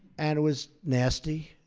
and it was nasty.